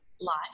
life